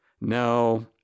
no